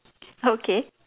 okay